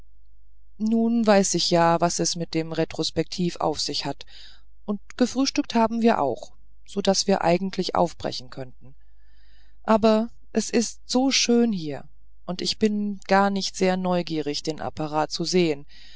nun weiß ich ja was es mit dem retrospektiv auf sich hat und gefrühstückt haben wir auch so daß wir eigentlich aufbrechen könnten aber es ist so schön hier und ich bin gar nicht sehr neugierig den apparat zu sehen